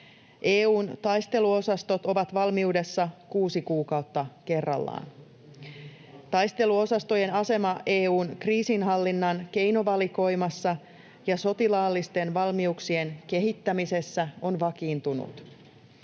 EU:n taisteluosastot ovat valmiudessa kuusi kuukautta kerrallaan. Taisteluosastojen asema EU:n kriisinhallinnan keinovalikoimassa ja sotilaallisten valmiuksien kehittämisessä on vakiintunut.